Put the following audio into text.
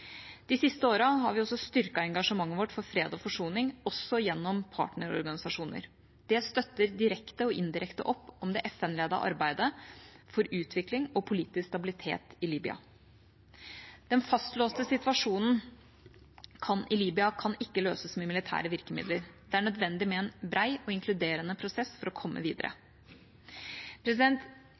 De siste årene har vi også styrket engasjementet for fred og forsoning, også gjennom partnerorganisasjoner. Det støtter direkte og indirekte opp om det FN-ledete arbeidet for utvikling og politisk stabilitet i Libya. Den fastlåste situasjonen i Libya kan ikke løses med militære virkemidler. Det er nødvendig med en bred og inkluderende prosess for å komme videre.